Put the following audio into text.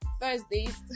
Thursdays